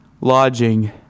lodging